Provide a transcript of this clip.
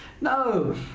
No